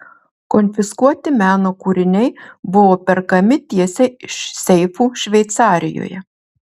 konfiskuoti meno kūriniai buvo perkami tiesiai iš seifų šveicarijoje